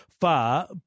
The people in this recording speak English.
far